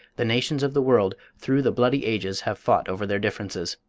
the nations of the world, through the bloody ages, have fought over their differences.